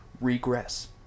regress